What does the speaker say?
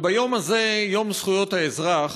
אבל ביום הזה, יום זכויות האזרח,